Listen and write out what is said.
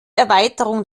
erweiterung